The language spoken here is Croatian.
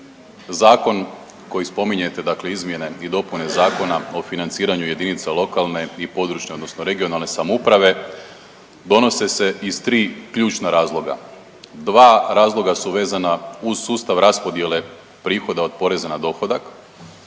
zakon koji spominjete dakle izmjene i dopune Zakona o financiranju lokalne i područne odnosno regionalne samouprave donose se iz tri ključna razloga. Dva razloga su vezana uz sustav raspodjele prihoda od poreza na dohodak,